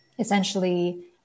Essentially